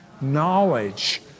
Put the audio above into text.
knowledge